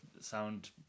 sound